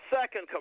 second